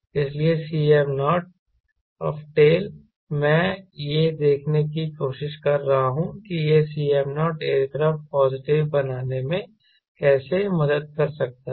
इसलिए Cm naught tail मैं यह देखने की कोशिश कर रहा हूं कि यह Cm0 एयरक्राफ्ट पॉजिटिव बनाने में कैसे मदद कर सकता है